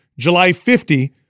JULY50